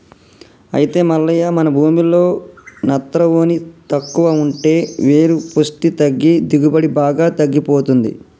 అయితే మల్లయ్య మన భూమిలో నత్రవోని తక్కువ ఉంటే వేరు పుష్టి తగ్గి దిగుబడి బాగా తగ్గిపోతుంది